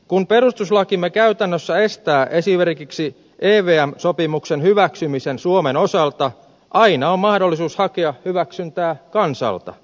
kun perustuslakimme käytännössä estää esimerkiksi evm sopimuksen hyväksymisen suomen osalta aina on mahdollisuus hakea hyväksyntää kansalta